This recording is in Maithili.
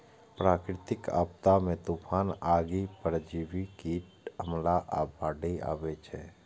प्राकृतिक आपदा मे तूफान, आगि, परजीवी कीटक हमला आ बाढ़ि अबै छै